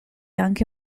anche